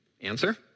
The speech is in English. answer